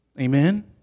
Amen